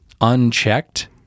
unchecked